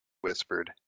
whispered